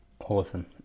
Awesome